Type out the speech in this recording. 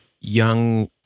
young